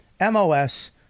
MOS